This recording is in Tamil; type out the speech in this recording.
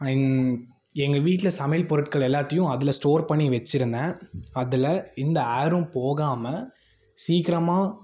எங்கள் வீட்டில் சமையல் பொருட்கள் எல்லாத்தையும் அதில் ஸ்டோர் பண்ணி வச்சுருந்தன் அதில் எந்த ஏர்ரும் போகாமல் சீக்கிரமாக